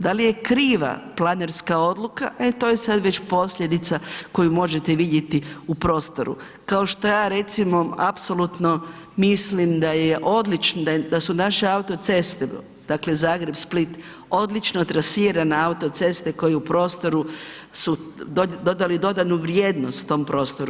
Da li je kriva planerska odluka, e to je sad već posljedica koju možete vidjeti u prostoru kao što ja recimo apsolutno mislim da je odlučno da su naše autoceste dakle Zagreb – Split, odlično trasirane autoceste koje u prostoru su dodali dodanu vrijednost tom prostoru.